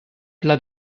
plats